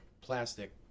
plastic